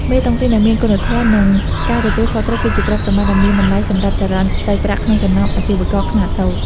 មេតុងទីនដែលមានគុណធម៌ និងការទទួលខុសត្រូវ គឺជាទ្រព្យសម្បត្តិដ៏មានតម្លៃសម្រាប់ចរន្តសាច់ប្រាក់ក្នុងចំណោមអាជីវករខ្នាតតូច។